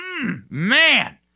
man